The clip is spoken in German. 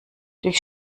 durch